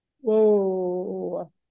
Whoa